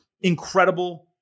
incredible